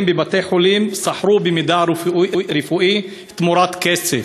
בבתי-חולים סחרו במידע רפואי תמורת כסף.